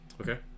Okay